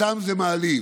אותם זה מעליב.